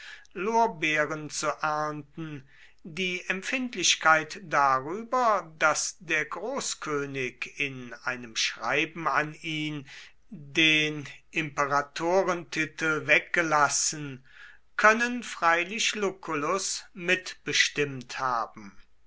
lorbeeren zu ernten die empfindlichkeit darüber daß der großkönig in einem schreiben an ihn den imperatorentitel weggelassen können freilich lucullus mitbestimmt haben